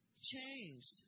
changed